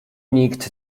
nikt